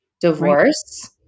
Divorce